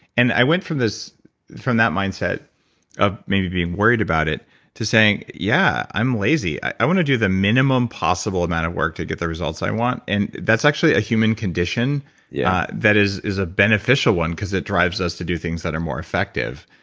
and i went from that mindset of maybe being worried about it to saying, yeah, i'm lazy, i want to do the minimum possible amount of work to get the results i want. and that's actually a human condition yeah that is is a beneficial one because it drives us to do things that are more effective.